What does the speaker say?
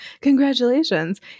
Congratulations